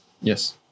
Yes